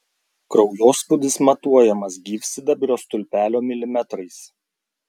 kraujospūdis matuojamas gyvsidabrio stulpelio milimetrais